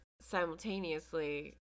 Simultaneously